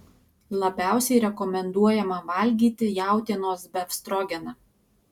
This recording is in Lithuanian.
labiausiai rekomenduojama valgyti jautienos befstrogeną